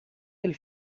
del